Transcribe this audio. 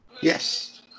Yes